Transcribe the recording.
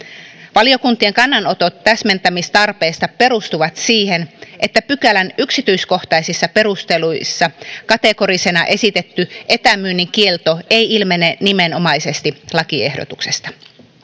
valiokuntien kannanotot täsmentämistarpeista perustuvat siihen että pykälän yksityiskohtaisissa perusteluissa kategorisena esitetty etämyynnin kielto ei ilmene nimenomaisesti lakiehdotuksesta